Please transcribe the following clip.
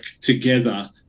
together